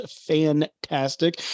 fantastic